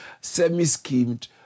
semi-skimmed